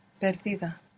perdida